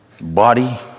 body